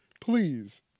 please